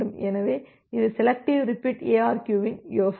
எனவே இது selective repeat ARQ வின் யோசனை